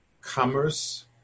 commerce